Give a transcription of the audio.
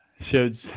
showed